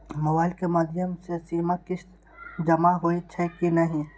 Mobile के माध्यम से सीमा किस्त जमा होई छै कि नहिं?